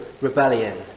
rebellion